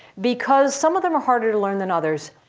because some of them are harder to learn than others,